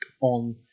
on